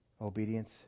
obedience